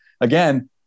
again